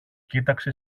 κοίταξε